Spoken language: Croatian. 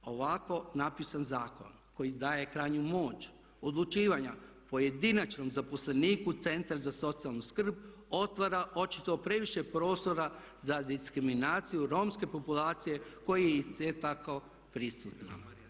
Ovako napisan zakon koji daje krajnju moć odlučivanja pojedinačnom zaposleniku Centra za socijalnu skrb otvara očito previše prostora za diskriminaciju romske populacije koja je ionako prisutna.